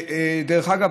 דרך אגב,